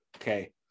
Okay